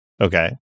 okay